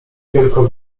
wielką